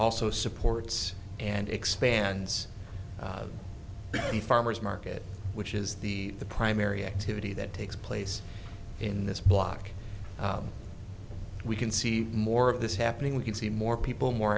also supports and expands the farmers market which is the the primary activity that takes place in this block we can see more of this happening we can see more people more